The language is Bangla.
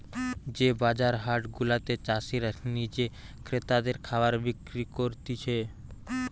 যে বাজার হাট গুলাতে চাষীরা নিজে ক্রেতাদের খাবার বিক্রি করতিছে